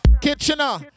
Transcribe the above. Kitchener